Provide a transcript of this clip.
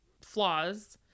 flaws